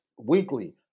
weekly